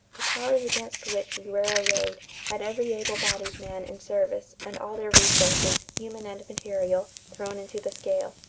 the powers against which we were arrayed had every able-bodied man in service and all their resources, human and material, thrown into the scale.